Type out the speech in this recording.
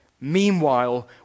Meanwhile